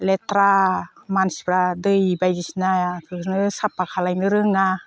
लेथ्रा मानसिफोरा दै बायदिसिना फोरखौनो साफा खालामनो रोङा